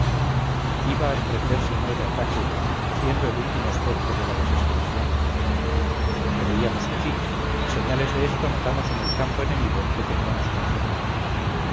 iba a emprenderse nuevo ataque haciendo el último esfuerzo de la desesperación creíamos que sí y señales de esto notamos en el campo enemigo que teníamos tan cerca